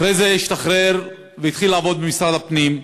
אחרי זה השתחרר והתחיל לעבוד במשרד הפנים,